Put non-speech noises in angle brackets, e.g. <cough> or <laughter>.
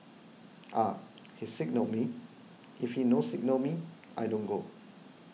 <hesitation> He signal me if he no signal me I don't go